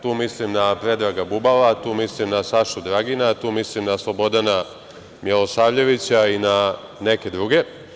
Tu mislim na Predraga Bubala, tu mislim na Sašu Dragina, tu mislim na Slobodana Milosavljevića i na neke druge.